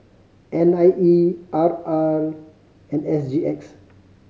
N I E I R and S G X